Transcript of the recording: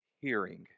Hearing